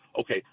Okay